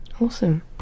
awesome